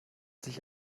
sich